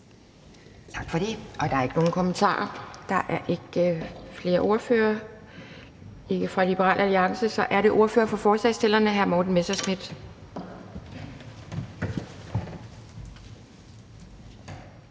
Tak for det. Der er ikke nogen kommentarer. Der er ikke flere ordførere, heller ikke for Liberal Alliance. Så er det ordføreren for forslagsstillerne, hr. Morten Messerschmidt.